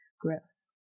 Gross